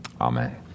amen